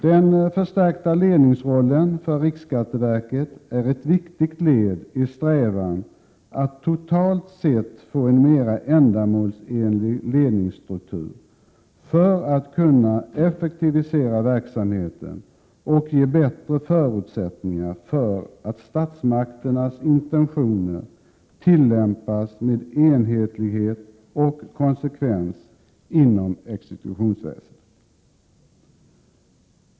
Den förstärkta ledningsrollen för riksskatteverket är ett viktigt led i strävan att totalt sett få en mera ändamålsenlig ledningsstruktur för att kunna effektivisera verksamheten och ge bättre förutsättningar för att statsmakternas intentioner tillämpas med enhetlighet och konsekvens inom exekutionsväsendet.